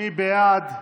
מי בעד?